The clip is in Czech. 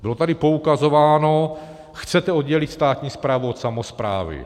Bylo tady poukazováno: Chcete oddělit státní správu od samosprávy?